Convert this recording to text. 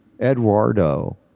eduardo